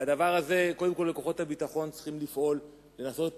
קודם כול, כוחות הביטחון צריכים לפעול ולנסות